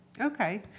Okay